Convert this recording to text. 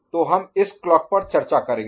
तो हम इस क्लॉक पर चर्चा करेंगे